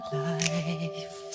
life